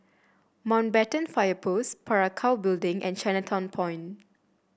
Mountbatten Fire Post Parakou Building and Chinatown Point